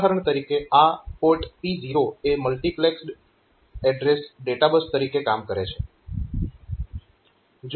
ઉદાહરણ તરીકે આ પોર્ટ P0 એ મલ્ટીપ્લેક્સડ એડ્રેસ ડેટાબસ તરીકે કામ કરે છે